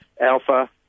Alpha